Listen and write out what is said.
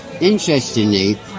interestingly